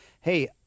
hey